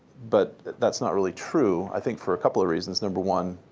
but that's not really true, i think, for a couple of reasons. number one,